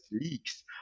leaks